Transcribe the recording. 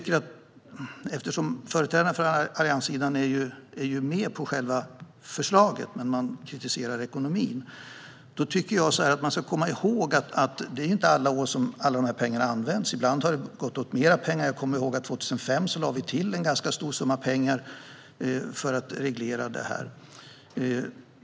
Eftersom företrädarna för allianssidan är med på själva förslaget men kritiserar ekonomin tycker jag att man ska komma ihåg att det inte är alla år som alla pengarna används. Ibland har det gått åt mer pengar; jag kommer ihåg att vi 2005 lade till en ganska stor summa pengar för att reglera detta.